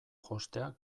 jostea